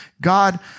God